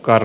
car